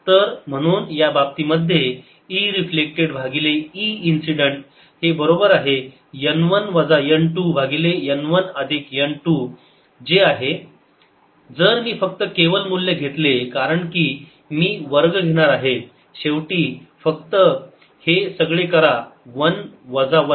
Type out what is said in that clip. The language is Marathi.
तर म्हणून या बाबतीमध्ये E रिफ्लेक्टेड भागिले E इन्सिडेंट हे बरोबर आहे n 1 वजा n 2 भागिले n 1 अधिक n 2 जे आहे जर मी फक्त केवल मूल्य घेतले कारण की मी वर्ग घेणार आहे शेवटी फक्त हे सगळे करा 1 वजा 1